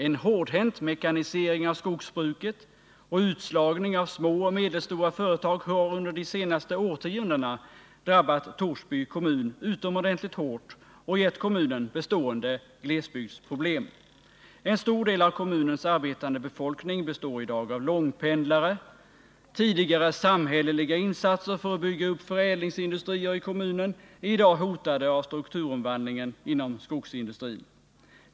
En hårdhänt mekanisering av skogsbruket och utslagning av små och medelstora företag har under de senaste årtiondena drabbat Torsby kommun utomordentligt hårt och gett kommunen bestående glesbygdsproblem. En stor del av kommunens arbetande befolkning består i dag av långpendlare. Tidigare samhälleliga insatser för att bygga upp förädlingsindustrier i kommunen är i dag hotade av strukturomvandlingen inom skogsindustrin.